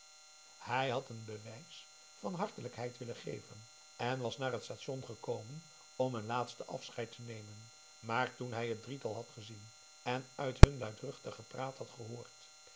hij had een bewijs van hartelijkheid willen geven en was naar het station gekomen om een laatste afscheid te nemen maar toen hij het drietal had gezien en uit hun luidruchtig gepraat had gehoord